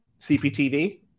CPTV